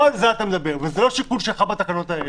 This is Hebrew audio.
לא על זה אתה מדבר, וזה לא שיקול שלך בתקנות האלה.